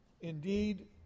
indeed